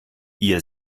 ihr